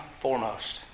foremost